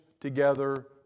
together